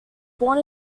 born